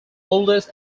oldest